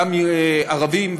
גם ערבים,